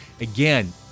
Again